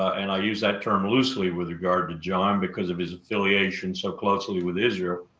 and i use that term loosely with regard to john, because of his affiliation so closely with israel,